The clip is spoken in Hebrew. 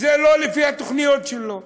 זה לא לפי התוכניות שלו.